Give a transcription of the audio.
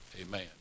amen